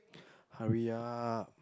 hurry up